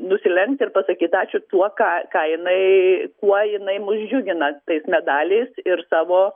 nusilenkt ir pasakyt ačiū tuo ką ką jinai kuo jinai mus džiugina tais medaliais ir savo